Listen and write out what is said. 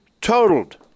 totaled